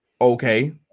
Okay